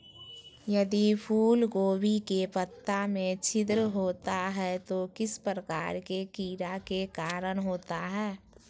यदि फूलगोभी के पत्ता में छिद्र होता है तो किस प्रकार के कीड़ा के कारण होता है?